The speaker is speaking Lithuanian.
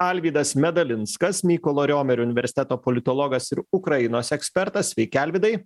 alvydas medalinskas mykolo riomerio universiteto politologas ir ukrainos ekspertas sveiki alvydai